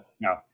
no